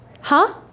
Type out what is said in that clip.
Huh